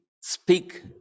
Speak